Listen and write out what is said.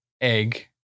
egg